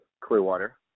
Clearwater